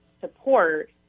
support